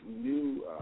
new